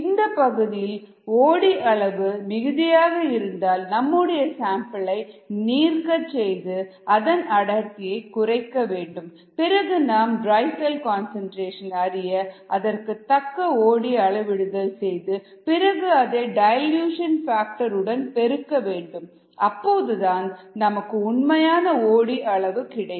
இந்தப் பகுதியில் ஓடி அளவு மிகுதியாக இருந்தால் நம்முடைய சாம்பிளை நீர்க்கச் செய்து அதன் அடர்த்தியை குறைக்க வேண்டும் பிறகு நாம் ட்ரை செல் கன்சன்ட்ரேஷன் அறிய அதற்கு தக்க ஓ டி அளவிடுதல் செய்து பிறகு அதை டைல்யூஷன் ஃபாக்டர் உடன் பெருக்க வேண்டும் அப்போதுதான் நமக்கு உண்மையான ஓ டி அளவு கிடைக்கும்